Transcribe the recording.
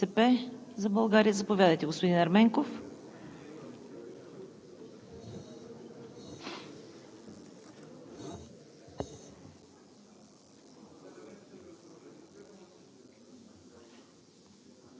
Първи въпрос към министър Петкова от „БСП за България“. Заповядайте, господин Ерменков. ТАСКО